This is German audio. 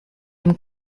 dem